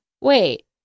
Wait